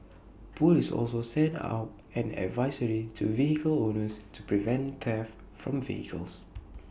Police also sent out an advisory to vehicle owners to prevent theft from vehicles